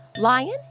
Lion